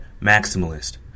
maximalist